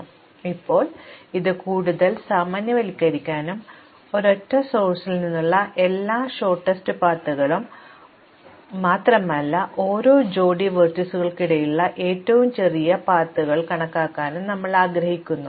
അതിനാൽ ഇപ്പോൾ ഇത് കൂടുതൽ സാമാന്യവൽക്കരിക്കാനും ഒരൊറ്റ ഉറവിടത്തിൽ നിന്നുള്ള ഏറ്റവും ചെറിയ പാതകളെ മാത്രമല്ല ഓരോ ജോഡി ലംബങ്ങൾക്കും ഇടയിലുള്ള ഏറ്റവും ചെറിയ പാത കണക്കാക്കാനും ഞങ്ങൾ ആഗ്രഹിക്കുന്നു